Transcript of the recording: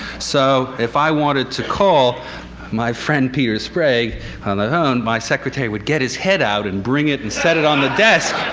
so if i wanted to call my friend peter sprague and and my secretary would get his head out and bring it and set it on the desk,